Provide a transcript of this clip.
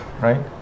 right